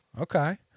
Okay